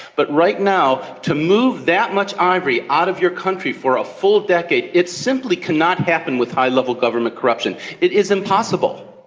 but right now, to move that much ivory out of your country for a full decade, it simply cannot happen without high level government corruption, it is impossible.